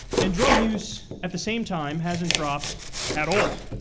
and drug use at the same time hasn't dropped at all.